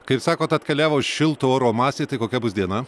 kaip sakot atkeliavo šilto oro masė tai kokia bus diena